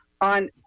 on